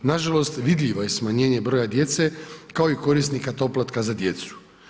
Nažalost vidljivo je smanjenje broja djece kao i korisnika doplatka za djecu.